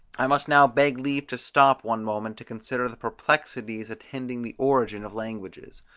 i must now beg leave to stop one moment to consider the perplexities attending the origin of languages.